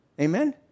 Amen